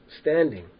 standing